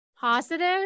positive